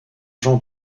jean